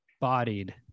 bodied